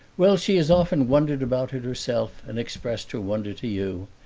well, she has often wondered about it herself and expressed her wonder to you.